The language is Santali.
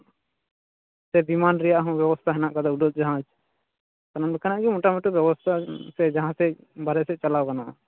ᱥᱮ ᱵᱤᱢᱟᱱ ᱨᱮᱭᱟᱜ ᱦᱚᱸ ᱵᱮᱵᱚᱥᱛᱟ ᱦᱮᱱᱟᱜ ᱠᱟᱫᱟ ᱩᱰᱟᱹᱜ ᱡᱟᱦᱟᱡᱽ ᱥᱟᱱᱟᱢ ᱞᱮᱠᱟᱱᱟᱜ ᱢᱚᱴᱟᱢᱩᱴᱤ ᱵᱮᱵᱚᱥᱛᱟ ᱥᱮ ᱡᱟᱦᱟᱸᱥᱮᱫ ᱵᱟᱨᱦᱮ ᱥᱮᱫ ᱪᱟᱞᱟᱣ ᱜᱟᱱᱚᱜᱼᱟ